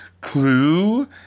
Clue